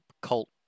cult